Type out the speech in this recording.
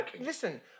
listen